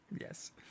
Yes